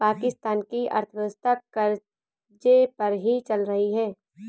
पाकिस्तान की अर्थव्यवस्था कर्ज़े पर ही चल रही है